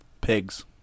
Pigs